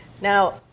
now